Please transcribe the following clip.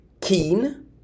keen